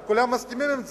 הם כולם מסכימים עם זה.